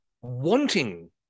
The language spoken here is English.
wanting